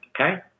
Okay